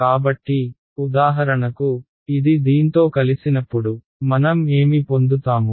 కాబట్టి ఉదాహరణకు ఇది దీంతో కలిసినప్పుడు మనం ఏమి పొందుతాము